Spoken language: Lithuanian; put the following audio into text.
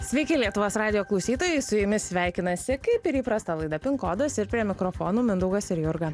sveiki lietuvos radijo klausytojai su jumis sveikinasi kaip ir įprasta laida kodas ir prie mikrofonų mindaugas ir jurga